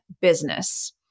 business